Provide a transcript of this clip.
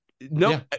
no